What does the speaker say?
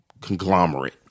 conglomerate